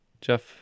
Jeff